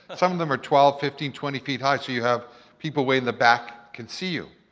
some of them are twelve, fifteen, twenty feet high, so you have people way in the back can see you.